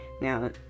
Now